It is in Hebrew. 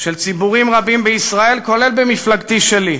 של ציבורים רבים בישראל, כולל במפלגתי שלי.